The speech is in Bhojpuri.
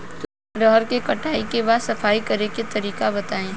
रहर के कटाई के बाद सफाई करेके तरीका बताइ?